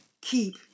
keep